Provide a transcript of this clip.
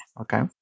okay